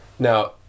Now